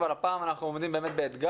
אבל הפעם אנחנו עומדים באתגר.